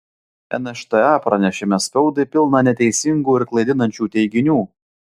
nšta pranešime spaudai pilna neteisingų ir klaidinančių teiginių